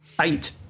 Eight